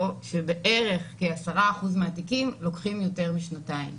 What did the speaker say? זה שבערך כ-10% מהתיקים לוקחים יותר משנתיים.